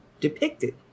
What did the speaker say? depicted